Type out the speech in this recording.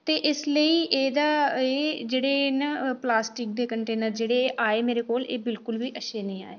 ते इसदे लेई एह् जेह्ड़ा एह् न प्लास्टिक दे जेह्ड़े कंटेनर आए मेरे कोल एह् बिल्कुल बी अच्छे निं आए